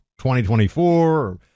2024